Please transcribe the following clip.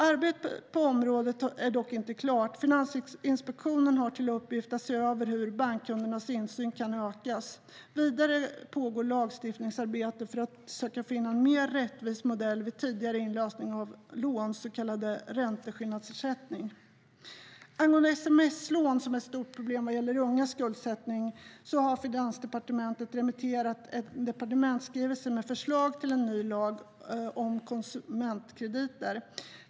Arbetet på området är dock inte klart. Finansinspektionen har till uppgift att se över hur bankkundernas insyn kan ökas. Vidare pågår lagstiftningsarbete för att söka finna en mer rättvis modell vid tidigare inlösen av lån, så kallad ränteskillnadsersättning. Angående sms-lån, vilket är ett stort problem vad gäller ungas skuldsättning, har Finansdepartementet remitterat en departementsskrivelse med förslag till en ny lag om konsumentkrediter.